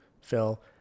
Phil